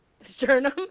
Sternum